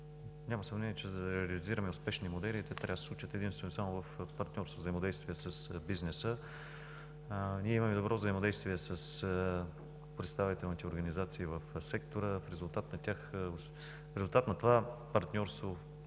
няма съмнение, че за да реализираме успешни модели, те трябва да се случат единствено и само в партньорство и взаимодействие с бизнеса. Ние имаме добро взаимодействие с представителните организации в сектора. В резултат на това партньорство